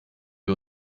wir